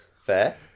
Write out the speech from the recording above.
Fair